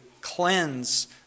cleanse